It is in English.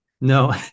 No